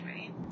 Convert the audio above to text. right